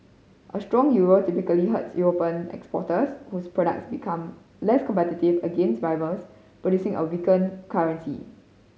a strong euro typically hurts European exporters whose products become less competitive against rivals producing a weaken currency